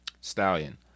Stallion